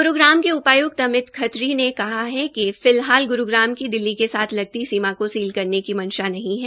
ग्रूग्राम के उपाय्क्त अमित खत्री ने कहा है कि फिलहाल ग्रूग्राम की दिल्ली के साथ लगती सीमा को सील करने की मंशा नहीं है